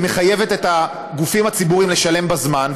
שמחייבת את הגופים הציבוריים לשלם בזמן,